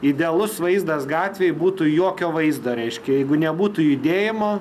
idealus vaizdas gatvėj būtų jokio vaizdo reiškia jeigu nebūtų judėjimo